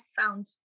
found